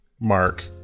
Mark